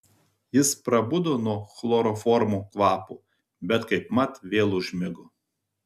jis prabudo nuo chloroformo kvapo bet kaipmat vėl užmigo